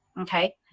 Okay